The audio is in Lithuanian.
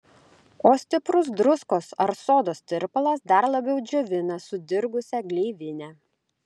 o stiprus druskos ar sodos tirpalas dar labiau džiovina sudirgusią gleivinę